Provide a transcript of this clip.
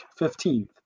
15th